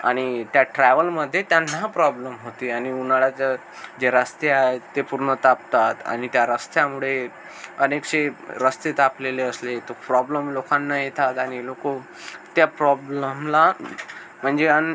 आणि त्या ट्रॅव्हलमध्ये त्यांना प्रॉब्लम होते आणि उन्हाळा जे रस्ते आहेत ते पूर्ण तापतात आणि त्या रस्त्यामुळे अनेकसे रस्ते तापलेले असले तर फ्रॉब्लम लोकांना येतात आणि लोकं त्या प्रॉब्ल्हमला म्हणजे आणि